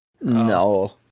No